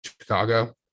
Chicago